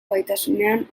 gaitasunean